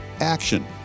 action